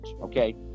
okay